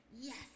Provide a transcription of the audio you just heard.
yes